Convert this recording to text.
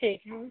ठीक है